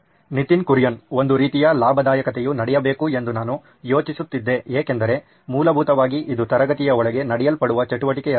ನಿತಿನ್ ಕುರಿಯನ್ ಒಂದು ರೀತಿಯ ಲಾಭದಾಯಕತೆಯು ನಡೆಯಬೇಕು ಎಂದು ನಾನು ಯೋಚಿಸುತ್ತಿದ್ದೆ ಏಕೆಂದರೆ ಮೂಲಭೂತವಾಗಿ ಇದು ತರಗತಿಯೊಳಗೆ ನಡೆಸಲ್ಪಡುವ ಚಟುವಟಿಕೆಯಾಗಿದೆ